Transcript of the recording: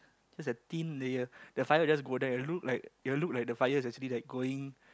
just a thin layer the fire will just go there look like it will look like the fire is actually like going